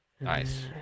Nice